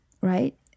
right